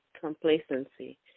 complacency